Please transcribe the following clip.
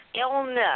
illness